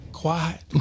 quiet